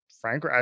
Frank